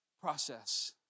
process